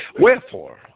Wherefore